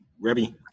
Rebbe